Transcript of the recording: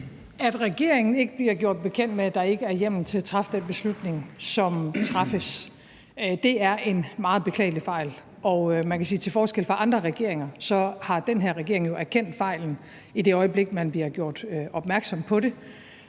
At regeringen ikke bliver gjort bekendt med, at der ikke er hjemmel til at træffe den beslutning, som træffes, er en meget beklagelig fejl, og man kan sige, at til forskel fra andre regeringer har den her regering jo erkendt fejlen, i det øjeblik man bliver gjort opmærksom på det,